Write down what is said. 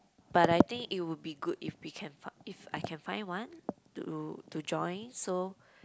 but I think it would be good if we can fi~ if I can find one to to join so